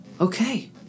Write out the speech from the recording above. Okay